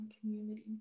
community